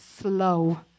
slow